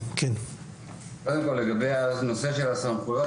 קודם כל לגבי הנושא של הסמכויות,